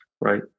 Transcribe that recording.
right